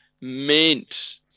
Mint